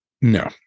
No